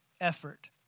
effort